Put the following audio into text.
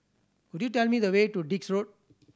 could you tell me the way to Dix Road